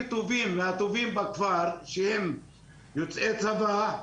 טובים והתושבים בכפר שהם יוצאי צבא,